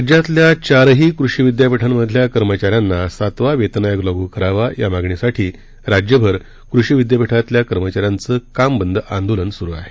राज्यातल्या चारही कृषी विद्यापीठांमधल्या कर्मचाऱ्यांना सातवा वेतन आयोग लागू करावा या मागणीसाठी राज्यभर कृषी विद्यापीठातल्या कर्मचाऱ्यांचं काम बंद आंदोलन सुरु आहे